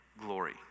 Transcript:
glory